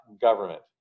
government